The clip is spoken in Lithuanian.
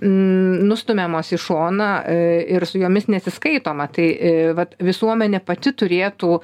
nustumiamos į šoną ir su jomis nesiskaitoma tai vat visuomenė pati turėtų